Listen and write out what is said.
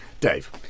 Dave